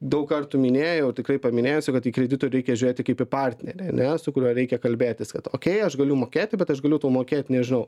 daug kartų minėjau tikrai paminėsiu kad į kreditų reikia žiūrėti kaip į partnerį ane su kuriuo reikia kalbėtis kad okei aš galiu mokėti bet aš galiu tau mokėti nežinau